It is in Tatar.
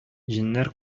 җеннәр